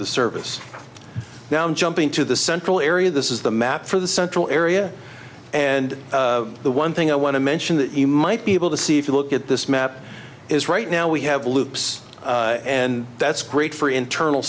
the service now jump into the central area this is the map for the central area and the one thing i want to mention that you might be able to see if you look at this map is right now we have loops and that's great for internal